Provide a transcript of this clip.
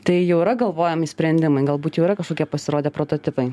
tai jau yra galvojami sprendimai galbūt jau yra kažkokie pasirodę prototipai